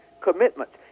commitments